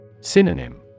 Synonym